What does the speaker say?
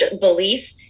belief